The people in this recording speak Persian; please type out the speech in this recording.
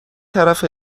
طرف